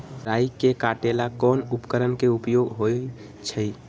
राई के काटे ला कोंन उपकरण के उपयोग होइ छई?